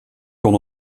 kon